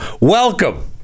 welcome